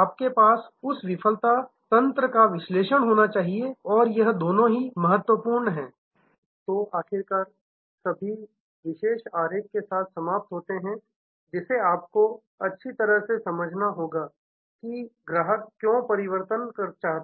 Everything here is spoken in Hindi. आपके पास उस विफलता तंत्र का विश्लेषण होना चाहिए और यह दोनों ही बहुत महत्वपूर्ण हैं तो आखिरकार सभी विशेष आरेख के साथ समाप्त होते हैं जिसे आपको अच्छी तरह से समझना होगा कि ग्राहक क्यों परिवर्तन चाहता है